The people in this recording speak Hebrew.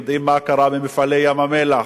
יודעים בדיוק מה קרה ב"מפעלי ים-המלח",